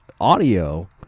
audio